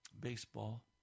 baseball